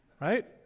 right